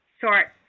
short